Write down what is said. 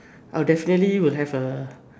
I would definitely would have a